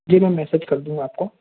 जी मैं मैसेज कर दूँगा आपको